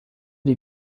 die